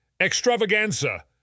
extravaganza